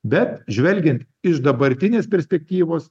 bet žvelgiant iš dabartinės perspektyvos